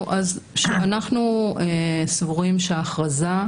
אנחנו סבורים שההכרזה,